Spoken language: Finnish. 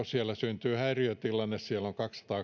siellä syntyy häiriötilanne siellä on